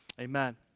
amen